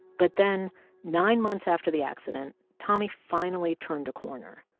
but then nine months after the accident, tommy finally turned a corner.